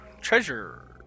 treasure